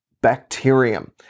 bacterium